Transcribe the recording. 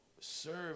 serve